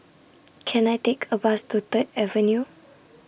Can I Take A Bus to Third Avenue